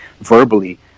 verbally